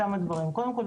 קודם כל,